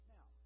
Now